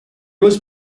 was